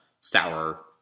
sour